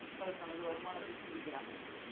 மக்கள் தனது வருமானத்தைத் தேடிக்கிறாங்க